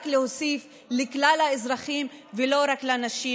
רק להוסיף, לכלל האזרחים ולא רק לנשים.